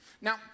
Now